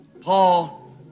Paul